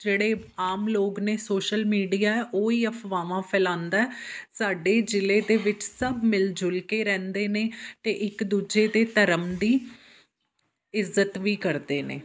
ਜਿਹੜੇ ਆਮ ਲੋਕ ਨੇ ਸੋਸ਼ਲ ਮੀਡੀਆ ਉਹ ਹੀ ਅਫਵਾਹਾਂ ਫੈਲਾਉਂਦਾ ਸਾਡੇ ਜਿਲ੍ਹੇ ਦੇ ਵਿੱਚ ਸਭ ਮਿਲ ਜੁਲ ਕੇ ਰਹਿੰਦੇ ਨੇ ਅਤੇ ਇੱਕ ਦੂਜੇ ਦੇ ਧਰਮ ਦੀ ਇੱਜ਼ਤ ਵੀ ਕਰਦੇ ਨੇ